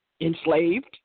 enslaved